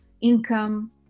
income